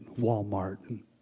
Walmart